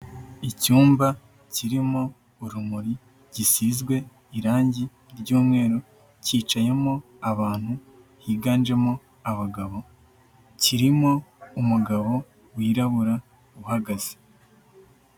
Icyumba kirimo urumuri, gisizwe irangi ry'umweru, cyicayemo abantu higanjemo abagabo, kirimo umugabo wirabura uhagaze.